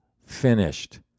Finished